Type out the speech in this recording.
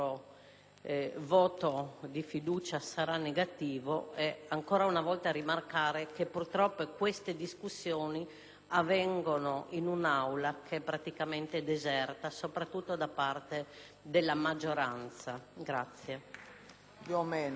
voto contrario sulla fiducia ed ancora una volta rimarcare che purtroppo queste discussioni avvengono in un'Aula che è praticamente deserta, soprattutto da parte della maggioranza.